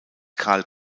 karl